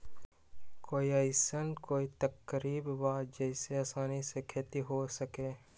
कोई अइसन कोई तरकीब बा जेसे आसानी से खेती हो सके?